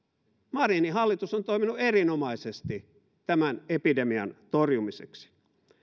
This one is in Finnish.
marinin hallitus on toiminut erinomaisesti tämän epidemian torjumiseksi